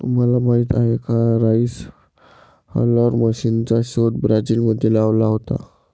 तुम्हाला माहीत आहे का राइस हलर मशीनचा शोध ब्राझील मध्ये लागला होता